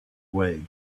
way